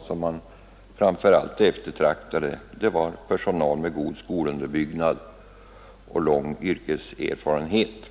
som mottagarländerna framför allt eftertraktade var personal med god skolunderbyggnad och lång yrkeserfarenhet.